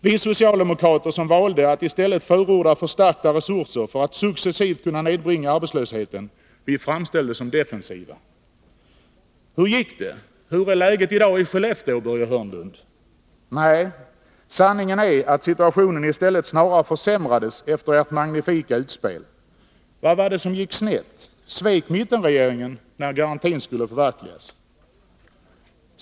Vi socialdemokrater som valde att i stället förorda förstärkta resurser för att successivt kunna nedbringa arbetslösheten framställdes som defensiva. Hur gick det? Hur är läget i dag i Skellefteå, Börje Hörnlund? Sanningen äratt situationen i stället snarare försämrades efter ert magnifika utspel. Vad var det som gick snett? Svek mittenregeringen när garantin skulle förverkligas?